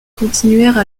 continuèrent